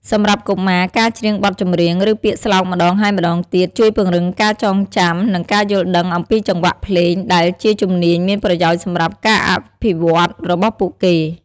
សម្រាប់កុមារ ការច្រៀងបទចម្រៀង ឬពាក្យស្លោកម្តងហើយម្តងទៀត ជួយពង្រឹងការចងចាំ និងការយល់ដឹងអំពីចង្វាក់ភ្លេង ដែលជាជំនាញមានប្រយោជន៍សម្រាប់ការអភិវឌ្ឍន៍របស់ពួកគេ។